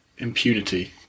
impunity